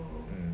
mm